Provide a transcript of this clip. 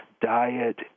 diet